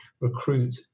recruit